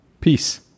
Peace